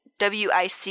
WIC